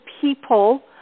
people